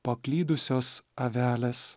paklydusios avelės